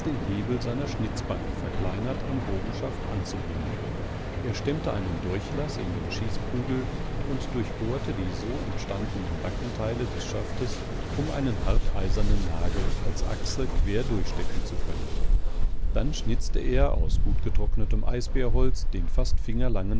den hebel seiner schnitzbank verkleinert am bogenschaft anzubringen er stemmte einen durchlaß in den schießprügel und durchbohrte die so entstandenen backenteile des schaftes um einen harteisernen nagel als achse quer durchstecken zu können dann schnitzte er aus gut getrocknetem eisbeerholz den fast